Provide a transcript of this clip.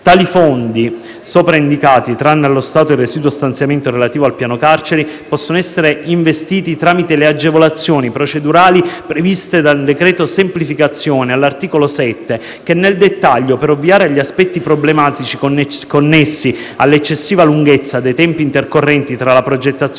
I fondi sopraindicati, tranne allo stato il residuo stanziamento relativo al piano carceri, possono essere investiti tramite le agevolazioni procedurali previste dal decreto-legge semplificazione all'articolo 7 che, nel dettaglio, per ovviare agli aspetti problematici connessi all'eccessiva lunghezza dei tempi intercorrenti tra la progettazione